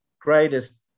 greatest